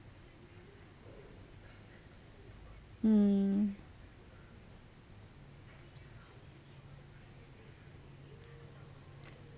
mm